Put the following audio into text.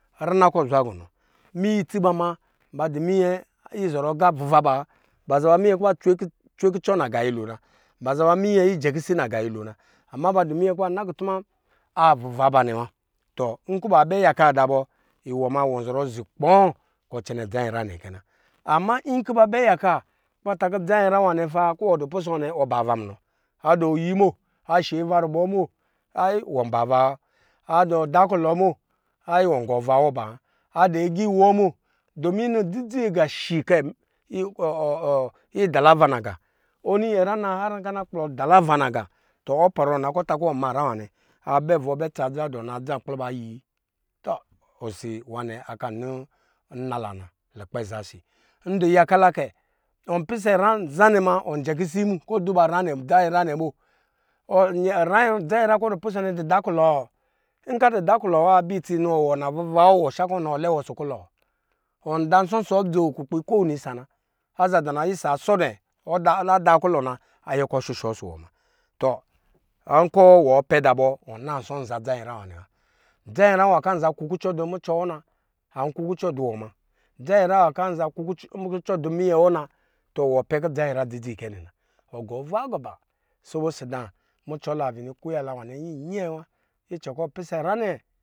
Rina kɔ zwa gɔnɔ minyɛ itsiba ma ba du minyɛ izɔr ɔ aga hvuvaba wa ba za ba minyɛ kɔ ba cwekurɔ naga nyɛ lo na ba zaba minyɛ kɔ ba jɛkisi naga nyɛlo na, minyɛ kɔ ba na kutuma avuva ba nɛ wa. Nkɔ babɛ yaka da bɔ iwɔ zɔrɔ zi kpɔɔ kɔ ɔlɛnɛ dza nyinyra nɛ wa ama nkɔ ba bɛ yaka kɔ dzo nyinyra wanɛ, fa kɔ wɔ du pusɔ nɛ oba ava munɔ ɔyi wo, ash ava rubɔ mo ayi wɔnba avawa, adɔ dakulɔ bo ayi wɔngɔ ava wɔ gi bawa adɔ agiwɔ mo ayi wɔngɔ ava wɔ gɔ ba nɔ dzi dzi aga shikɛ idala ava naga ɔni nyɛnyra ana har kɔ ana kplɔ dala ava naga ɔpɔrɔ na kɔ ɔta kɔ ɔma nyra wana abɛ vɔɔ bɛ tsa adza dɔnɛ adza kplɔ ba ayi tɔ osi nwa nɛ akani nnala na, ndɔ yaka la kɛ ɔ pisɛ nyra nzanɛ ma ɔnjɛ kisi mu kɔ ɔduba dza nyinyra nɛ mu dza nyinyra kɔ ɔdu pusɔ nɛ adu dakulɔ? Nkɔ adu dakulɔ wa wɔ shakɔ navuva wɔ nɔ alɛ wɔ ɔsɔ kulɔ? Nda nsɔ nsɔ dzo kukpi ko wini isa na aza da na isa sɔ dɛ adaa kulɔ na ayɛ kɔ ashushɔ isiwɔ muna, tɔ nkɔ wɔ pɛda bɔ wɔ nansɔ nza dza nyinyra wanɛ wa dza nyinyra wankɔ azan kukucɔ du mucɔ wɔ na auzan kuku cɔ duwɔ ma dza nyinyra wan kɔ anza kukucɔ du minye wɔ na wɔpɛ kɔ dzanu nnyra dzidzi kɛ nɛna ɔ ava wɔ gi ba sobo ɔsɔ da mucy la bini kuyta la wan yimyɛɛ wa icɛ kɔ ɔpisɛ nyra nɛ.